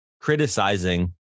criticizing